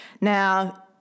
Now